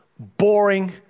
boring